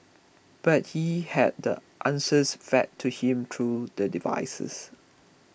but he had the answers fed to him through the devices